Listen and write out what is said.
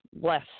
less